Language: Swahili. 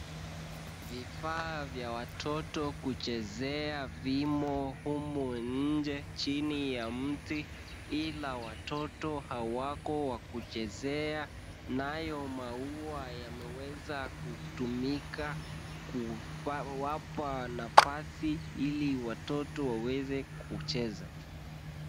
Vifaa vya watoto kuchezea vimo humo nje chini ya mti, ila watoto hawako wa kuchezea. Nayo maua yameweza kutumika kuwapa nafasi ili watoto waweze kucheza.